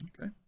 okay